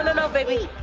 and no, baby.